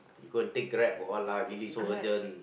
you go and take Grab or what lah really so urgent